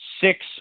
six